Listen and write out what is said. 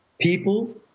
people